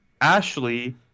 Ashley